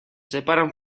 separan